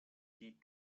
die